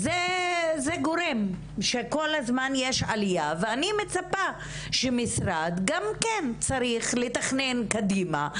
כל אלה גורמים לעליה ואני מצפה שהמשרד ייקח את זה בחשבון ויתכנן קדימה.